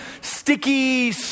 sticky